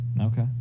okay